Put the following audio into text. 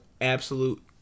absolute